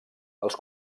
els